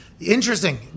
Interesting